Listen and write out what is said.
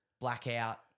blackout